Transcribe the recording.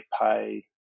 pay